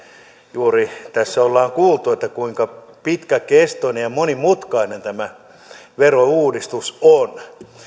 juuri tässä ollaan kuultu kuinka pitkäkestoinen ja monimutkainen tämä verouudistus on